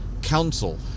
Council